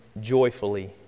joyfully